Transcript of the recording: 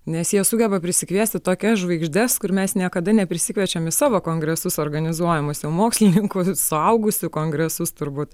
nes jie sugeba prisikviesti tokias žvaigždes kur mes niekada neprisikviečiam į savo kongresus organizuojamus jau mokslininkų suaugusių kongresus turbūt